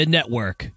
Network